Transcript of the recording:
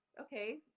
Okay